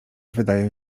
wydaje